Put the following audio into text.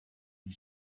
lui